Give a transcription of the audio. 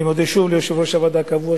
אני מודה שוב ליושב-ראש הוועדה הקבוע,